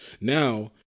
Now